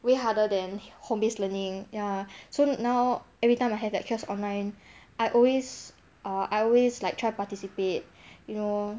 way harder than way harder than home based learning ya so now every time I have lectures online I always err I always like try participate you know